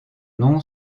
nom